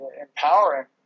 empowering